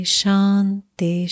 shanti